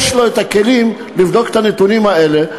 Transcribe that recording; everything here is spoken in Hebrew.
יש לו הכלים לבדוק את הנתונים האלה.